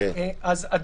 בהליך